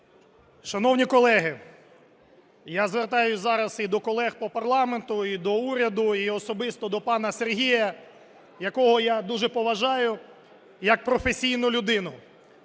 Шановні колеги, я звертаюсь зараз і до колег по парламенту, і до уряду, і особисто до пана Сергія, якого я дуже поважаю як професійну людину.